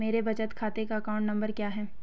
मेरे बचत खाते का अकाउंट नंबर क्या है?